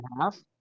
half